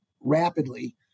rapidly